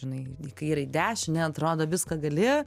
žinai į kairę į dešinę atrodo viską gali